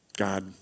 God